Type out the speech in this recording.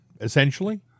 essentially